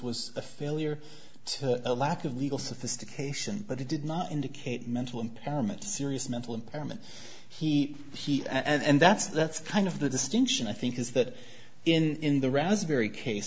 was a failure to a lack of legal sophistication but it did not indicate mental impairment serious mental impairment he he and that's that's kind of the distinction i think is that in the raspberry case